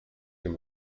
dem